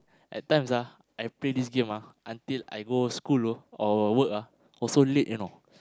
at times ah I play this game ah until I go school low or work ah also late you know